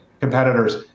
competitors